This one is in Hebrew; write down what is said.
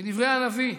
כדברי הנביא,